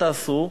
תעשו.